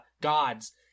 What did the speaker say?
gods